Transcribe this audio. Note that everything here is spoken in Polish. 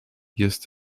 jest